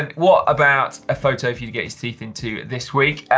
and what about a photo for you to get your teeth into this week?